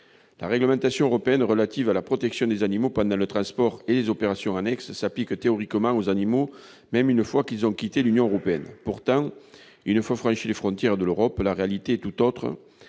La réglementation européenne relative à la protection des animaux pendant le transport et les opérations annexes s'applique théoriquement aux animaux même lorsqu'ils ont quitté l'Union européenne. Pourtant, une fois franchies les frontières de l'Europe, la réalité est tout autre